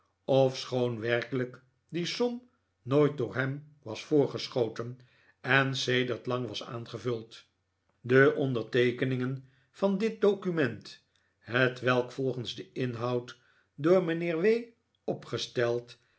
ofschoon werkelijk die som nooit door hem was voorgeschoten en sedert lang was aangevuld de onderteekeningen van dit document hetwelk volgens den inhoud door mijnheer w opgesteld